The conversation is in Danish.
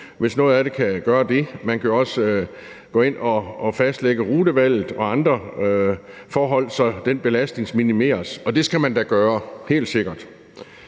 hvis noget af det kan gøres på den måde. Man kan jo også gå ind og fastlægge rutevalget og andre forhold, så den belastning minimeres, og det skal man da gøre – helt sikkert.